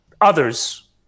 others